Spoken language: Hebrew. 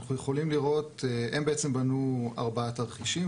הם בעצם בנו ארבעה תרחישים,